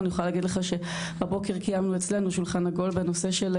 אני יכולה להגיד לך שהבוקר קיימנו אצלנו שולחן עגול על צעירים,